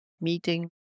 meeting